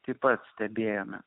kai pastebėjome